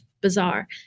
bizarre